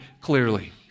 clearly